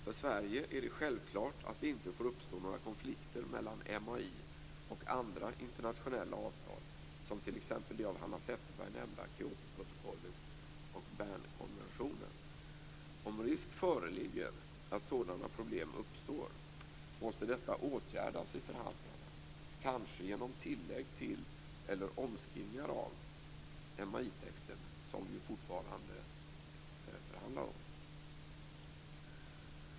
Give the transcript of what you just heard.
För Sverige är det självklart att det inte får uppstå några konflikter mellan MAI och andra internationella avtal, som t.ex. det av Hanna Zetterberg nämnda Kyotoprotokollet och Bernkonventionen. Om risk föreligger att sådana problem uppstår måste detta åtgärdas i förhandlingarna, kanske genom tillägg till eller omskrivningar av MAI-texten, som vi ju fortfarande förhandlar om.